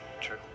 true